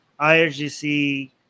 IRGC